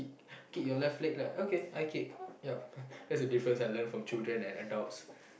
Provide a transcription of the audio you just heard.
kick your left leg lah okay I kick ya that's the difference I learn from children and adults